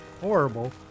horrible